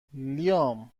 لیام